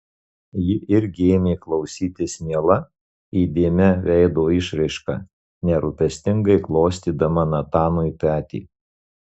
ji irgi ėmė klausytis miela įdėmia veido išraiška nerūpestingai glostydama natanui petį